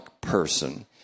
person